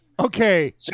Okay